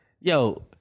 Yo